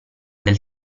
del